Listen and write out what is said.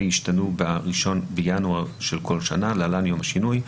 ישתנו ב-1 בינואר בכל שנה (להלן יום השינוי)